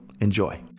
enjoy